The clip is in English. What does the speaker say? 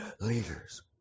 Leaders